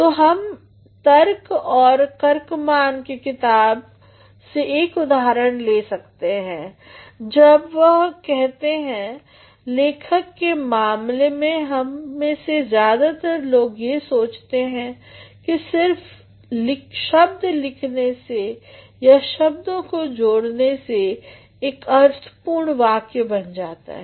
तो हम टर्क और कर्कमान के किताब से एक उदाहरण ले सकते हैं जब वह कहते हैं लेखन के मामले में हम मे से ज्यादातर लोग ये सोचते हैं कि सिर्फ शब्द लिखने से या कुछ शब्दों को जोड़ने से एक अर्थपूर्ण वाक्य बन सकता है